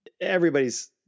Everybody's